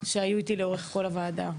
שהיו איתי לאורך כל הוועדה.